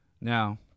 Now